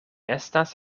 estas